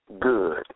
good